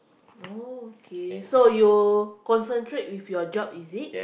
oh okay so you concentrate with your job is it